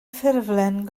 ffurflen